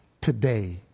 today